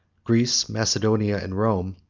greece, macedonia, and rome,